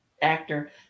Actor